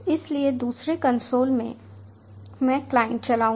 इसलिए दूसरे कंसोल में मैं क्लाइंट चलाऊंगा